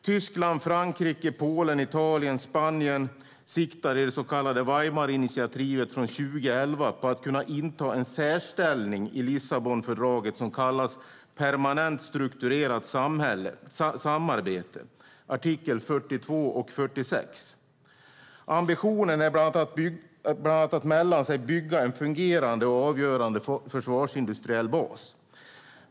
Tyskland, Frankrike, Polen, Italien och Spanien siktar i det så kallade Weimarinitiativet från 2011 på att kunna inta en särställning i Lissabonfördraget som kallas "permanent strukturerat samarbete" - artikel 42 och 46. Ambitionen är bland annat att mellan sig bygga en fungerande och avgörande försvarsindustriell bas.